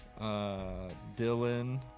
Dylan